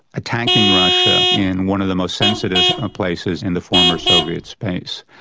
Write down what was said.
attacking russia in one of the most sensitive ah places in the former soviet space.